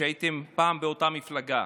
כשהייתם פעם באותה מפלגה.